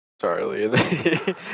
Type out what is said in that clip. Charlie